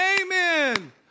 amen